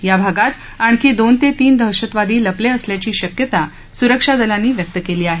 या भागात आणखी दोन ते तीन दहशतवादी लपले असल्याची शक्यता सुरक्षा दलांनी व्यक्त केली आहे